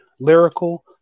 lyrical